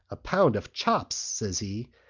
a pound of chops says he,